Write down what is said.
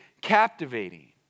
captivating